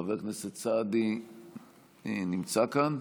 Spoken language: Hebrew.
חבר הכנסת סעדי נמצא כאן?